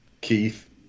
Keith